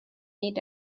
need